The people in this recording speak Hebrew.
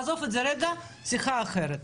עזוב את זה רגע, שיחה אחרת.